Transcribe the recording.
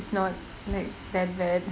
it's not like that bad